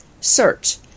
Search